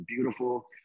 beautiful